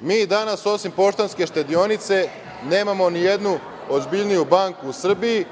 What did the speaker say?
Mi danas osim „Poštanske štedionice“ nemamo ni jednu ozbiljniju banku u Srbiji,